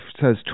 says